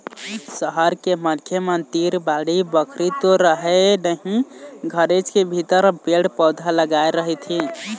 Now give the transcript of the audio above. सहर के मनखे मन तीर बाड़ी बखरी तो रहय नहिं घरेच के भीतर म पेड़ पउधा लगाय रहिथे